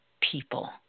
people